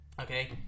okay